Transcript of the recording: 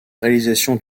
réalisation